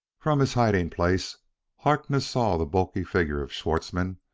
from his hiding place harkness saw the bulky figure of schwartzmann,